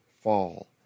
fall